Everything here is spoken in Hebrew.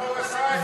למה הוא עשה את זה?